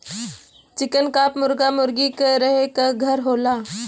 चिकन coop मुरगा मुरगी क रहे क घर होला